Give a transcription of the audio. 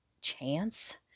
chance